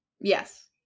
Yes